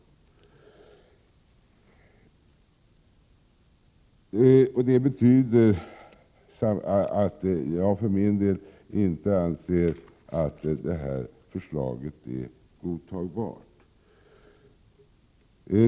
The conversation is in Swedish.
Detta betyder att jag för min del inte anser att det här förslaget är godtagbart.